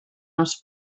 els